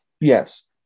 yes